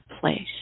place